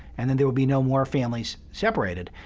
and then there would be no more families separated.